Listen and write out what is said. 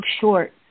short